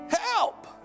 Help